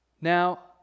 Now